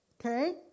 okay